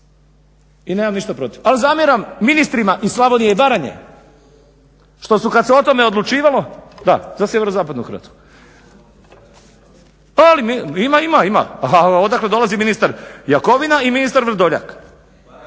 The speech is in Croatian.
i nemam ništa protiv. Ali zamjeram ministrima iz Slavonije i Baranje što su kad se o tome odlučivalo, da za SZ Hrvatsku… … /Upadica se ne razumije./ … Ima, ima, odakle dolazi ministar Jakovina i ministar Vrdoljak?